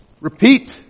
repeat